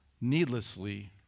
needlessly